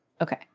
Okay